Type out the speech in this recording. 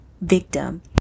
victim